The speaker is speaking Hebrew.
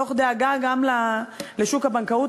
תוך דאגה גם לשוק הבנקאות.